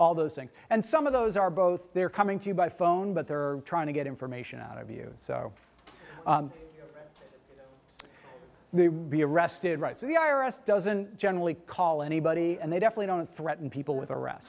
all those things and some of those are both they're coming to you by phone but they're trying to get information out of you so the rearrested right so the i r s doesn't generally call anybody and they definitely don't threaten people with